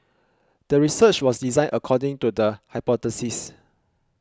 the research was designed according to the hypothesis